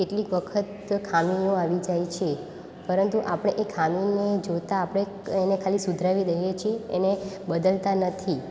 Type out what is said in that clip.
કેટલીક વખત ખામીઓ આવી જાય છે પરંતુ આપણે એ ખામીને જોતાં આપણે એને ખાલી સુધરાવી દઈએ છીએ એને બદલતા નથી